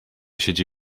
siedzi